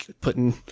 putting